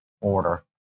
order